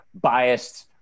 biased